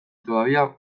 todavía